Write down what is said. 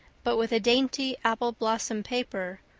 but with a dainty apple-blossom paper,